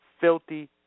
filthy